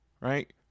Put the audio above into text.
Right